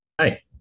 Hi